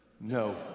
No